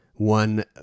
One